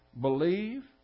believe